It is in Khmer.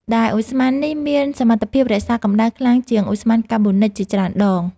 ដែលឧស្ម័ននេះមានសមត្ថភាពរក្សាកម្ដៅខ្លាំងជាងឧស្ម័នកាបូនិកជាច្រើនដង។